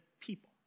people